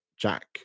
Jack